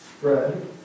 bread